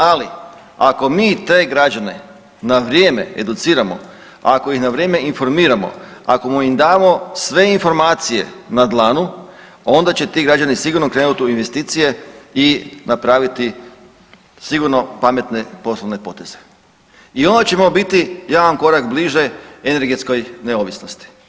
Ali ako mi te građane na vrijeme educiramo, ako ih na vrijeme informiramo, ako im damo sve informacije na dlanu onda će ti građani sigurno krenuti u investicije i napraviti sigurno pametne poslovne poteze i onda ćemo biti jedan korak bliže energetskoj neovisnosti.